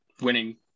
winning